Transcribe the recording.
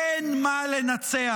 אין מה לנצח,